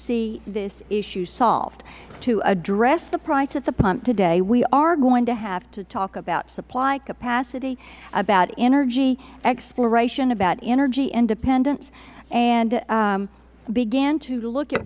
see this issue solved to address the price at the pump today we are going to have to talk about supply capacity about energy exploration about energy independence and begin to look at